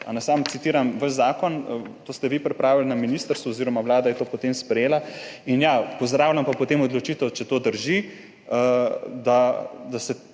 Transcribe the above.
Samo citiram vaš zakon, to ste vi pripravili na ministrstvu oziroma Vlada je to potem sprejela. Potem pa pozdravljam odločitev, če to drži, da se